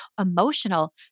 emotional